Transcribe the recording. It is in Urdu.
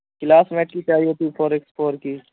کلاس میٹ کی چاہیے تھی فور ایکس فور کی